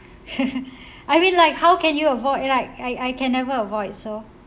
I mean like how can you avoid like I I can never avoid so